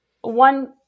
one